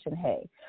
hey